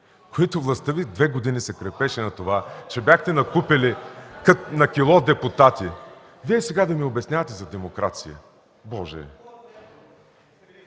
които властта Ви две години се крепеше на това, че бяхте накупили на кило депутати, Вие сега да ми обяснявате за демокрация?! Боже!